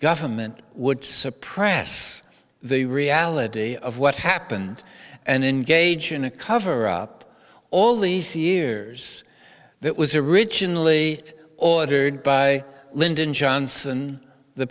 government would suppress the reality of what happened and engage in a cover up all these years that was originally ordered by lyndon johnson the